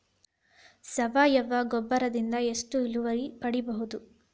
ಸಾವಯವ ಗೊಬ್ಬರದಿಂದ ಎಷ್ಟ ಇಳುವರಿ ಪಡಿಬಹುದ?